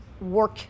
work